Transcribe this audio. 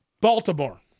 Baltimore